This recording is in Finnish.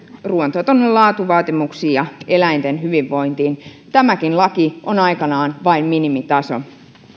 ruoantuotannon laatuvaatimuksiin ja eläinten hyvinvointiin tämäkin laki on aikanaan vain minimitaso